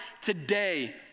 today